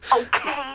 Okay